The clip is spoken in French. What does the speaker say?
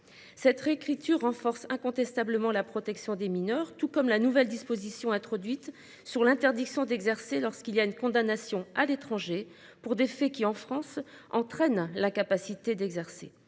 cette réécriture renforce incontestablement la protection des mineurs tout comme la nouvelle disposition introduite sur l'interdiction d'exercer lorsqu'il y a une condamnation à l'étranger pour des faits qui en France entraîne la capacité d'exercer